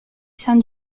san